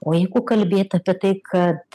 o jeigu kalbėt apie tai kad